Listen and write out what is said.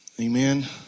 Amen